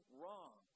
wrong